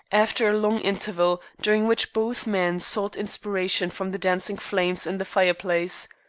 after a long interval, during which both men sought inspiration from the dancing flames in the fireplace,